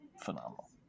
Phenomenal